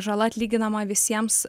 žala atlyginama visiems